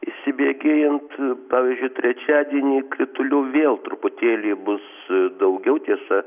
įsibėgėjant pavyzdžiui trečiadienį kritulių vėl truputėlį bus daugiau tiesa